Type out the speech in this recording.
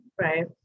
right